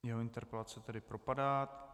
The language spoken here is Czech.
Jeho interpelace tedy propadá.